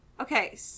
Okay